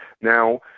Now